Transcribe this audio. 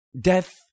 death